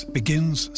begins